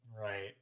right